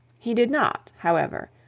he did not, however,